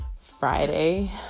Friday